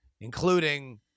including